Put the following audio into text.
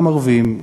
גם ערבים,